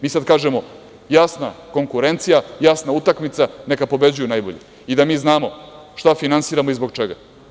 Mi sada kažemo jasna konkurencija, jasna utakmica, neka pobeđuju najbolji, i da mi znamo šta finansiramo i zbog čega.